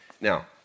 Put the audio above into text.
Now